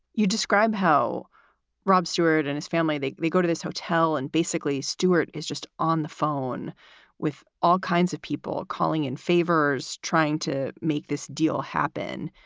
you describe how rob stewart and his family. they they go to this hotel and basically stewart is just on the phone with all kinds of people calling in favors, trying to make this deal happen.